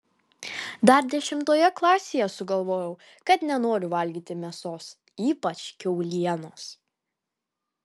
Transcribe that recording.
dar dešimtoje klasėje sugalvojau kad nenoriu valgyti mėsos ypač kiaulienos